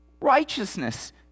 Righteousness